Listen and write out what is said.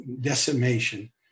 decimation